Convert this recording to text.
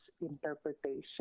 interpretation